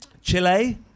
Chile